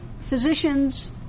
Physicians